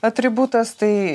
atributas tai